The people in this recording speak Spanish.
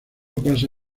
pasa